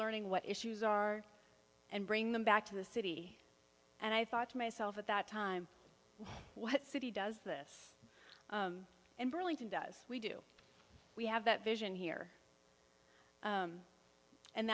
learning what issues are and bring them back to the city and i thought to myself at that time what city does this and burlington does we do we have that vision here